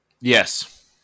Yes